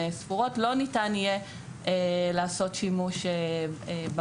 עבירות רון ספורות לא ניתן יהיה לעשות שימוש במערכת,